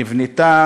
נבנתה